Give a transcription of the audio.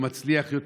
הוא מצליח יותר.